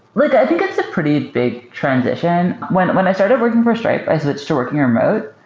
like i think it's a pretty big transition. when when i started working for stripe, i switched to working remote,